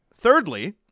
Thirdly